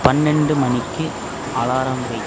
பன்னெண்டு மணிக்கு அலாரம் வை